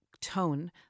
tone